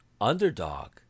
underdog